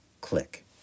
click